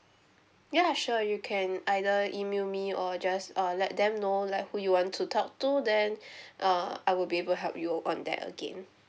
ya sure you can either email me or just uh let them know like who you want to talk to then uh I will be able to help you on that again